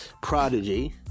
prodigy